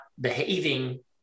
behaving